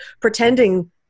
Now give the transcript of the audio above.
pretending